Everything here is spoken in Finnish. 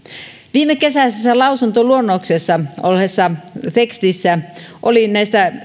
viimekesäisessä lausuntoluonnoksessa olleessa tekstissä oli